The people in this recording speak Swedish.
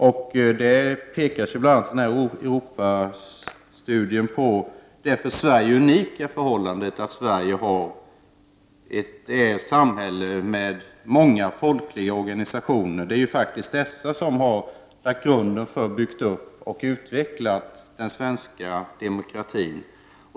I denna Europastudie påpekas också det för Sverige unika förhållandet att Sverige har ett samhälle med många folkliga organisationer. Det är faktiskt dessa som har lagt grunden för och byggt upp och utvecklat den svenska demokratin.